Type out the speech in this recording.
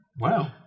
Wow